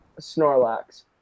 Snorlax